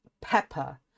pepper